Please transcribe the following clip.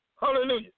Hallelujah